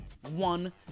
one